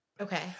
Okay